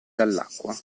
dall’acqua